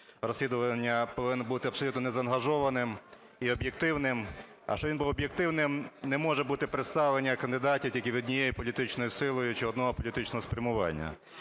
розслідувань повинен бути абсолютно незаангажованим і об'єктивним. А щоб він був об'єктивним, не може бути представлення кандидатів тільки від однієї політичної сили чи одного політичного спрямування.